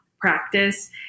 practice